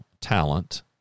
talent